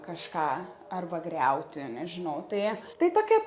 kažką arba griauti nežinau tai tai tokia